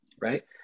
right